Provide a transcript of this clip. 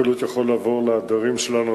המחלות בקלות יכולות לעבור לעדרים שלנו,